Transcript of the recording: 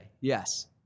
Yes